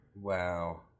Wow